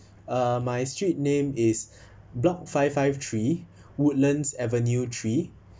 uh my street name is block five five three woodlands avenue three